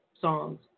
songs